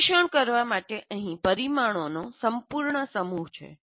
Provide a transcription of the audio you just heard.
અન્વેષણ કરવા માટે અહીં પરિમાણોનો સંપૂર્ણ સમૂહ છે